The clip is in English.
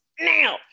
now